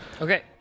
Okay